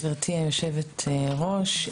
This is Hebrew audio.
גברתי היושבת-ראש,